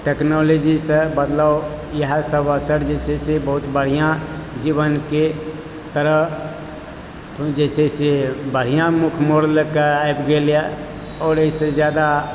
technology से बदलाव इएहे सब असर जे छै से बहुत बढिऑं जीवन के तरह जे छै से बढिऑं मुख मोड़लक है आबि गेल है आओर एहि सऽ जादा